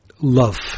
Love